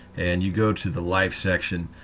and you go to the life section,